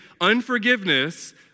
Unforgiveness